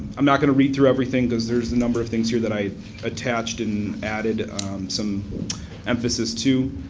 i'm not going to read through everything because there's a number of things here that i attached and added some emphasis to.